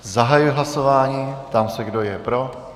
Zahajuji hlasování a ptám se, kdo je pro.